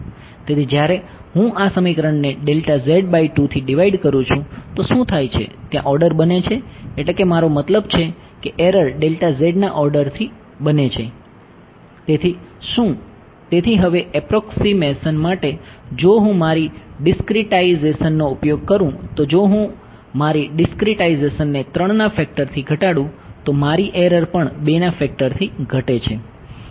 તેથી જ્યારે હું આ સમીકરણને થી ડિવાઈડ કરું છું તો શું થાય છે ત્યાં ઓર્ડર બને છે એટ્લે કે મારો મતલબ છે કે એરર ના ઓર્ડરની બને છે તેથી શું તેથી હવે એપ્રોક્સીમેશન માટે જો હું મારી ડિસ્ક્રીટાઇઝેશન નો ઉપયોગ કરું તો જો હું મારી ડિસ્ક્રીટાઇઝેશનને 3 ના ફેક્ટરથી ઘટાડું તો મારી એરર પણ 2 ના ફેક્ટરથી ઘટે છે